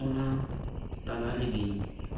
ᱚᱱᱟ ᱛᱟᱞᱟᱨᱮᱜᱮᱧ